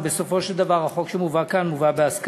ובסופו של דבר הצעת החוק מובאת כאן בהסכמה.